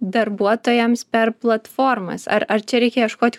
darbuotojams per platformas ar ar čia reikia ieškot